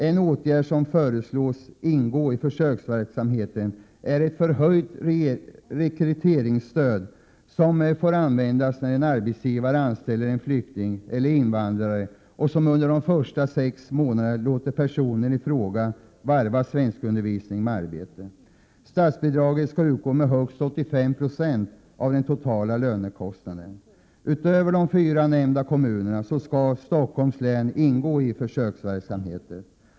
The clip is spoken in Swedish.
En åtgärd som föreslås ingå i försöksverksamheten är att anslå ett förhöjt rekryteringsstöd, som får användas när en arbetsgivare anställer en flykting eller invandrare och under de första sex månaderna låter personen i fråga varva svenskundervisning med arbete. Statsbidraget skall utgå med högst 85 26 av den totala lönekostnaden. Utöver de fyra nämnda kommunerna skall Stockholms län ingå i försöksverksamheten.